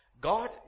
God